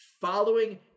Following